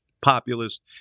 populist